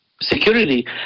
security